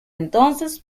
entonces